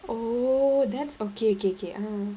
oh that's okay okay okay mm